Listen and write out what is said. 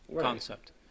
concept